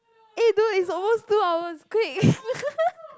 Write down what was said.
eh dude it's almost two hours quick